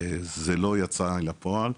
זה לא יצא אל הפועל,